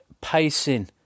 pacing